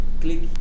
click